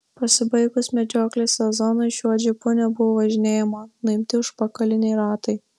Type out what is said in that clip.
pasibaigus medžioklės sezonui šiuo džipu nebuvo važinėjama nuimti užpakaliniai ratai